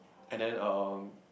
and then erm